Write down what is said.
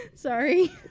Sorry